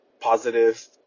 positive